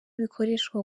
bikoreshwa